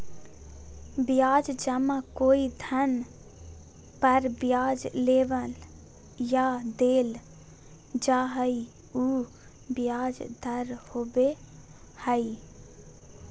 ब्याज जमा कोई धन पर ब्याज लेबल या देल जा हइ उ ब्याज दर होबो हइ